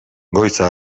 goiza